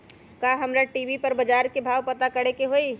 का हमरा टी.वी पर बजार के भाव पता करे के होई?